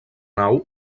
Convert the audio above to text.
nau